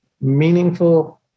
meaningful